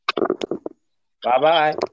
Bye-bye